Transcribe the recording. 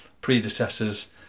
predecessors